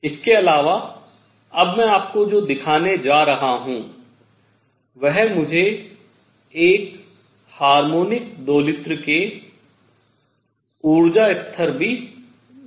इसके अलावा अब मैं आपको जो दिखाने जा रहा हूँ वह मुझे एक हार्मोनिक दोलित्र के ऊर्जा स्तर भी देगा